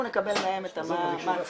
אנחנו נקבל מהם מה צריך,